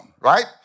right